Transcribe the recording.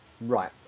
Right